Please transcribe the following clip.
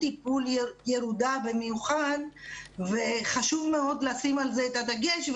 טיפול ירודה במיוחד וחשוב מאוד לשים על ה את הדגש.